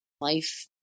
life